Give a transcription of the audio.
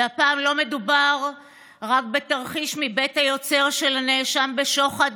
הפעם לא מדובר רק בתרחיש מבית היוצר של הנאשם בשוחד,